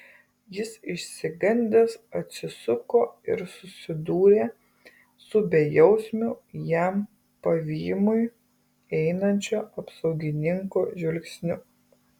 jis išsigandęs atsisuko ir susidūrė su bejausmiu jam pavymui einančio apsaugininko žvilgsniu